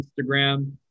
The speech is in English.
Instagram